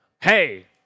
Hey